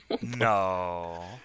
No